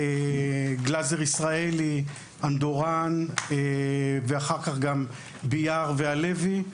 גלזר-ישראלי, אנדורן, ואחר כך גם ביאר והלוי.